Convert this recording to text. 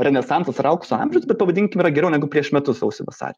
renesansas ar aukso amžius bet pavadinkim yra geriau negu prieš metus sausį vasarį